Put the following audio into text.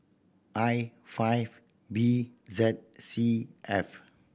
I five B Z C F